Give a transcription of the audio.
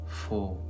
four